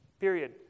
Period